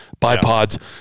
bipods